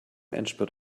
endspurt